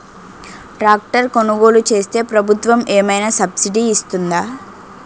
Tractor కొనుగోలు చేస్తే ప్రభుత్వం ఏమైనా సబ్సిడీ ఇస్తుందా?